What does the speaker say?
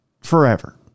forever